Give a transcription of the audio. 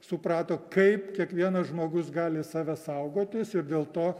suprato kaip kiekvienas žmogus gali save saugotis ir dėl to